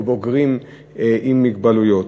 או בוגרים עם מוגבלויות.